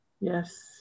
yes